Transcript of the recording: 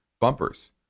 bumpers